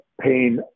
pain